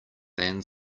than